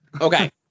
Okay